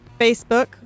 Facebook